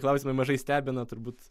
klausimai mažai stebina turbūt